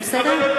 אני מקבל,